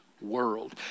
world